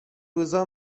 روزها